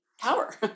power